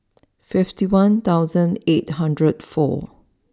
fifty one thousand eight hundred and four